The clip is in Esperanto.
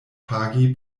pagi